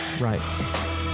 right